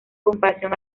comparación